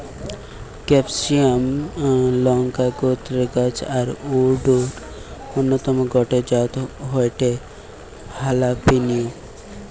ক্যাপসিমাক লংকা গোত্রের গাছ আর অউর অন্যতম গটে জাত হয়ঠে হালাপিনিও